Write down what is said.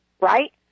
right